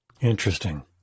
Interesting